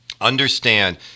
Understand